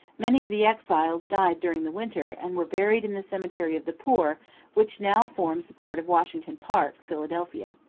many of the exiles died during the winter, and were buried in the cemetery of the poor which now forms a part of washington park, philadelphia.